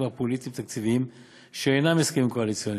הפוליטיים-תקציביים שאינם הסכמים קואליציוניים,